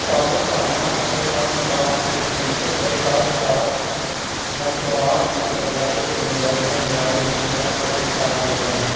ساز و سامان اور خام مال کی قیمتوں کے ساتھ ساتھ مصنوعات کی تیاری میں لگنے والی محنت کا حساب لگائیں